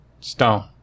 Stone